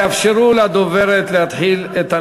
תאפשרו לדוברת להתחיל את הנאום.